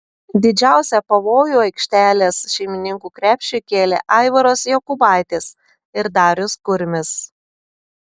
didžiausią pavojų aikštelės šeimininkų krepšiui kėlė aivaras jokubaitis ir darius kurmis